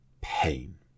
Pain